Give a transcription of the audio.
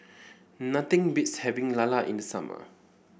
nothing beats having Lala in the summer